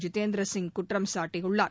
ஜிதேந்திரசிங் குற்றம் சாட்டியுள்ளார்